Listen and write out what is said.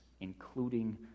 including